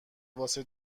واسه